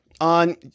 on